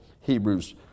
Hebrews